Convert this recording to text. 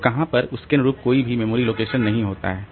तो कहां पर उसके अनुरूप कोई भी मेमोरी लोकेशन नहीं होता है